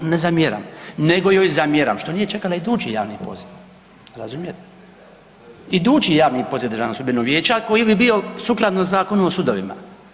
To ne zamjeram, nego joj zamjeram što nije čekala idući javni poziv razumijete, idući javni poziv Državnog sudbenog vijeća koji bi bio sukladno Zakonu o sudovima.